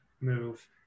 move